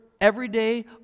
everyday